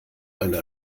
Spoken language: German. eine